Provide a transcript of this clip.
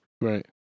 Right